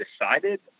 decided